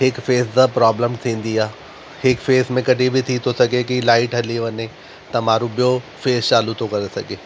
हिकु फेस सां प्रोब्लम थींदी आहे हिकु फेस में कॾहिं बि थी थो सघे की लाईट हली वञे त माण्ड़ू ॿियो फेस चालू तो करे सघे